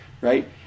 right